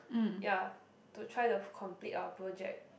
ya to try to complete our project